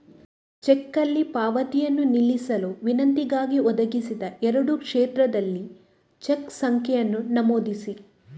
ಚೆಕ್ನಲ್ಲಿ ಪಾವತಿಯನ್ನು ನಿಲ್ಲಿಸಲು ವಿನಂತಿಗಾಗಿ, ಒದಗಿಸಿದ ಎರಡೂ ಕ್ಷೇತ್ರಗಳಲ್ಲಿ ಚೆಕ್ ಸಂಖ್ಯೆಯನ್ನು ನಮೂದಿಸಿ